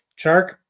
Chark